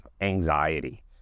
anxiety